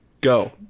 Go